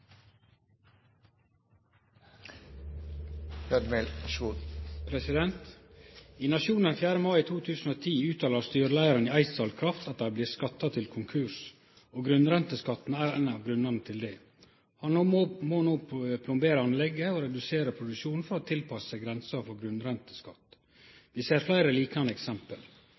2010 uttaler styreleiaren i Eidsdal kraft at dei blir skatta til konkurs, og grunnrenteskatten er ein av grunnane til det. Han må no plombere anlegget og redusere produksjonen for å tilpasse seg grensa for grunnrenteskatt. Vi ser fleire liknande eksempel.